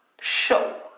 show